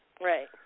Right